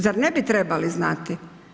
Zar ne bi trebali znati?